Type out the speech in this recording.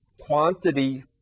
quantity